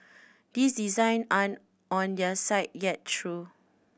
these design aren't on their site yet though